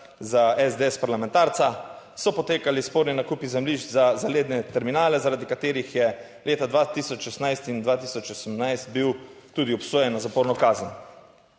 za SDS parlamentarca, so potekali sporni nakupi zemljišč za zaledne terminale, zaradi katerih je leta 2016 in 2018 bil tudi obsojen na zaporno kazen.